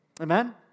Amen